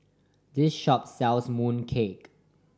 this shop sells mooncake